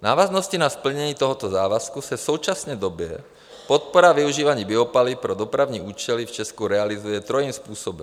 V návaznosti na splnění tohoto závazku se v současné době podpora využívání biopaliv pro dopravní účely v Česku realizuje trojím způsobem.